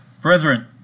Brethren